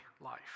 life